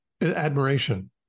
admiration